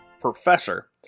professor